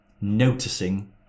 noticing